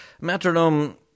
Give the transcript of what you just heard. metronome